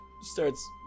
starts